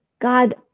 God